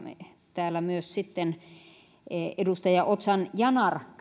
täällä sitten myös edustaja ozan yanar